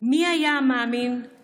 לא התלוננתי, כי מי היה מאמין לי?